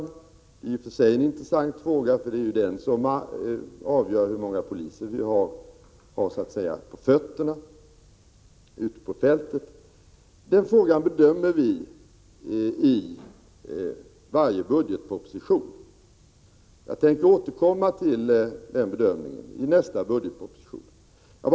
Det är i och för sig en intressant fråga, för det är ju avgörande för hur många poliser vi får ute på fältet. Den frågan bedömer vi i varje budgetproposition. Jag tänker återkomma till den bedömningen i nästa budgetproposition.